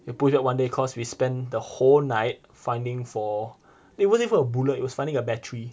you push back one day cause we spend the whole night finding for it wasn't even a bullet it was finding a battery